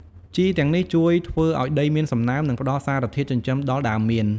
ជីទាំងនេះជួយធ្វើឱ្យដីមានសំណើម និងផ្តល់សារធាតុចិញ្ចឹមដល់ដើមមៀន។